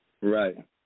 Right